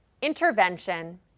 intervention